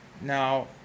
Now